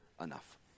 enough